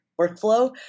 workflow